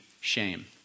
shame